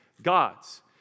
gods